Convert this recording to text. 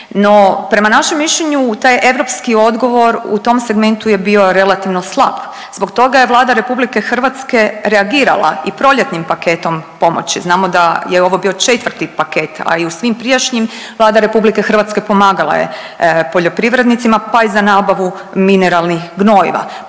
No, prema našem mišljenju taj europski odgovor u tom segmentu je bio relativno slab. Zbog toga je Vlada RH reagirala i proljetnim paketom pomoći. Znamo da je ovo bio četvrti paket, a i u svim prijašnjim Vlada RH pomagala je poljoprivrednicima pa i za nabavu mineralnih gnojiva.